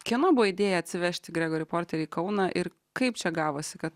kieno buvo idėja atsivežti gregorį porterį į kauną ir kaip čia gavosi kad